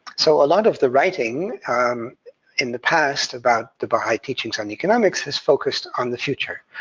so a lot of the writing um in the past about the baha'i teachings on economics has focused on the future,